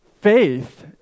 faith